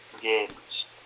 games